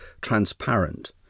transparent